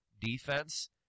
defense